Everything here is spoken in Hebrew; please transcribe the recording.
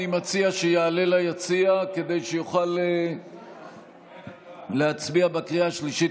אני מציע שיעלה ליציע כדי שיוכל להצביע בקריאה השלישית,